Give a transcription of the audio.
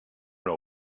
leur